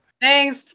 Thanks